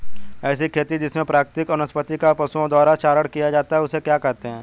ऐसी खेती जिसमें प्राकृतिक वनस्पति का पशुओं द्वारा चारण किया जाता है उसे क्या कहते हैं?